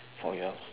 for yours